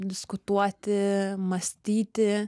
diskutuoti mąstyti